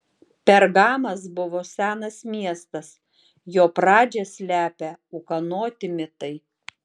pergamas buvo senas miestas jo pradžią slepia ūkanoti mitai